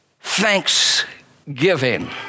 thanksgiving